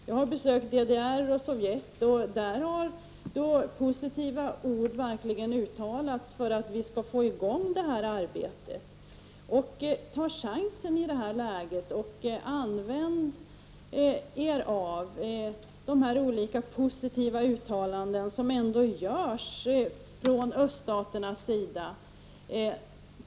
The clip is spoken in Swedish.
Jag har besökt DDR och Sovjet, och där har man verkligen uttalat sig positivt för att få i gång det här arbetet. Ta i det här läget chansen och använd er av de olika positiva uttalanden som ändå görs från öststaternas sida.